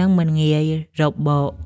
និងមិនងាយរបក។